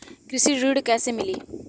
कृषि ऋण कैसे मिली?